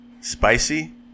spicy